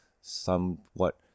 somewhat